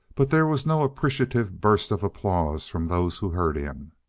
but there was no appreciative burst of applause from those who heard him.